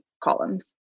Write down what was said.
columns